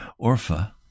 Orpha